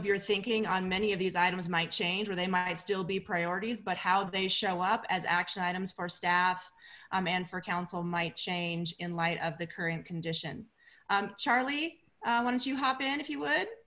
of your thinking on many of these items might change or they might still be priorities but how they show up as action items for staff a man for council might change in light of the current condition charlie why don't you hop in if you would